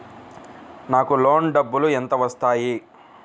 నాకు లోన్ డబ్బులు ఎంత వస్తాయి?